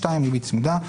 (2)ריבית צמודה,